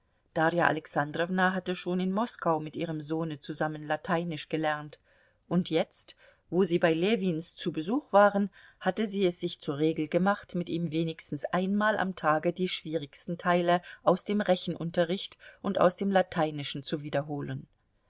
darja alexandrowna hatte schon in moskau mit ihrem sohne zusammen lateinisch gelernt und jetzt wo sie bei ljewins zu besuch waren hatte sie es sich zur regel gemacht mit ihm wenigstens einmal am tage die schwierigsten teile aus dem rechenunterricht und aus dem lateinischen zu wiederholen